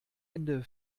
ende